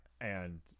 And-